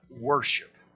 worship